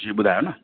जी ॿुधायो न